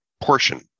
portion